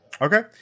Okay